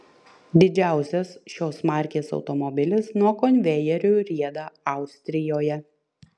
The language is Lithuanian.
didžiausias šios markės automobilis nuo konvejerių rieda austrijoje